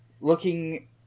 looking